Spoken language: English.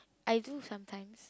I think sometimes